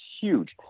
huge